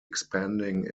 expanding